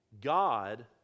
God